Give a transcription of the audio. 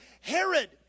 Herod